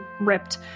ripped